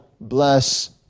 bless